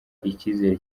ikizere